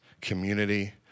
community